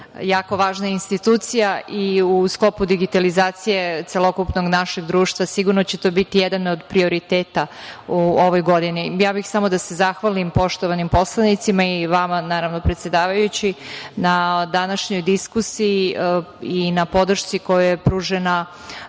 jako važna institucija i u sklopu digitalizacije celokupnog našeg društva sigurno će to biti jedan od prioriteta u ovoj godini. Samo bih da se zahvalim poštovanim poslanicima i vama predsedavajući na današnjoj diskusiji i na podršci koja je pružena